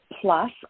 plus